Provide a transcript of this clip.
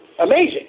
amazing